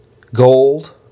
gold